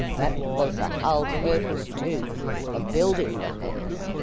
that was the whole purpose too of building the house.